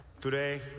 Today